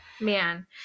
Man